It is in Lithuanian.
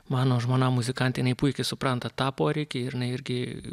mano žmona muzikantė jinai puikiai supranta tą poreikį ir jinai irgi